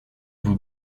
vous